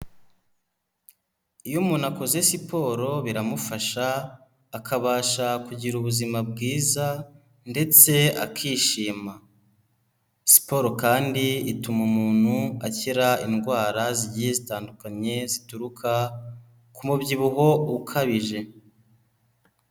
Iyo umuntu akoze siporo biramufasha, akabasha kugira ubuzima bwiza ndetse akishima, siporo kandi ituma umuntu akira indwara zigiye zitandukanye zituruka ku mubyibuho ukabije.